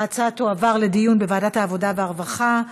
ההצעה תועבר לדיון בוועדת העבודה והרווחה.